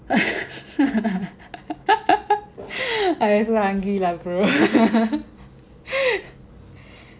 I am so hungry lah bro